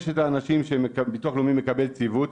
יש אנשים שביטוח לאומי מקבל ציוות,